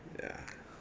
ya